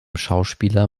schauspieler